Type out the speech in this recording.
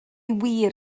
wir